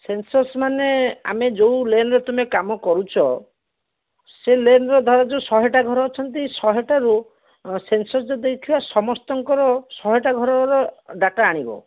sensors ମାନେ ଆମେ ଯୋଉ ଲେନ୍ରେ ତୁମେ କାମ କରୁଛ ସେ ଲେନ୍ର ଧର ଯୋଉ ଶହେ ଟା ଘର ଅଛନ୍ତି ଶହେଟା ରୁ ସେନ୍ସର୍ ଯୋଉ ଦେଇଥିଲା ସମସ୍ତଙ୍କର ଶହେଟା ଘର ର ଡ଼ାଟା ଆଣିବ